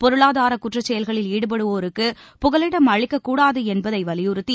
பொருளாதாரக் குற்றச் செயல்களில் ஈடுபடுவோருக்கு புகலிடம் அளிக்கக்கூடாது என்பதை வலியுறுத்தி